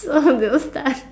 one of those time